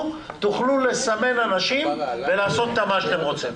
תוכלו לסמן אנשים ולעשות איתם מה שאתם רוצים.